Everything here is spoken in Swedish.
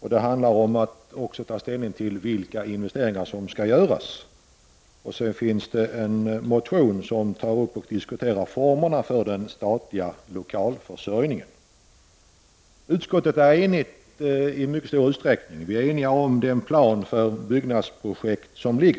att ta ställning till vilka investeringar som skall göras och en motion i vilken formerna för den statliga lokalförsörjningen diskuteras. Utskottet är i mycket stor utsträckning enigt. Vi är eniga om den plan för byggnadsprojekt som finns.